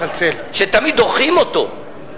שתמיד דוחים אותו,